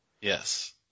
Yes